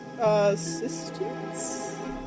Assistance